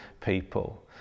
people